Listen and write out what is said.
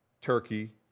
Turkey